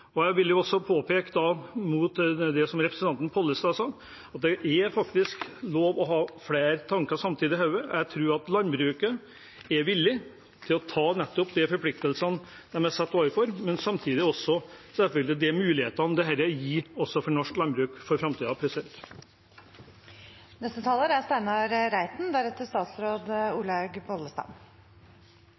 Jeg vil også påpeke – til det som representanten Pollestad sa – at det er lov å ha flere tanker i hodet samtidig. Jeg tror at landbruket er villig til å ta de forpliktelsene de er stilt overfor, men samtidig selvfølgelig også de mulighetene dette gir for norsk landbruk